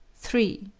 three.